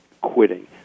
quitting